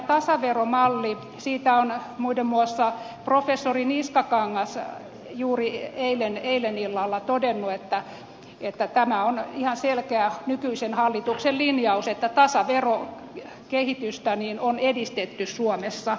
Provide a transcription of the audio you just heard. tästä tasaveromallista on muiden muassa professori niskakangas juuri eilen illalla todennut että tämä on ihan selkeä nykyisen hallituksen linjaus että tasaverokehitystä on edistetty suomessa